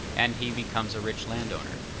and he becomes a rich landowner.